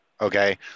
okay